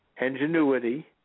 ingenuity